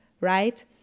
Right